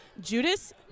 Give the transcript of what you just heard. Judas